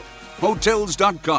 Hotels.com